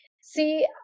See